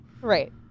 Right